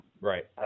right